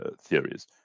theories